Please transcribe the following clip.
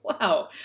Wow